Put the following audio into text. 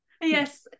Yes